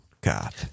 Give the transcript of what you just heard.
God